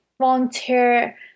volunteer